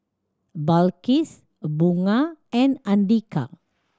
Balqis Bunga and Andika